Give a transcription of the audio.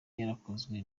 yarakozwe